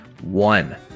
one